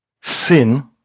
sin